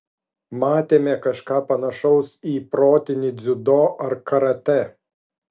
matėme kažką panašaus į protinį dziudo ar karatė